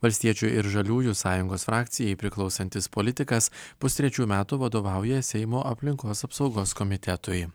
valstiečių ir žaliųjų sąjungos frakcijai priklausantis politikas pustrečių metų vadovauja seimo aplinkos apsaugos komitetui